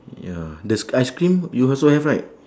ya the ice cream you also have right